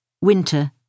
winter